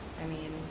i mean,